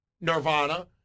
Nirvana